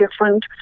different